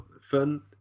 fun